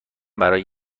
برای